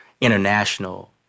international